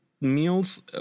meals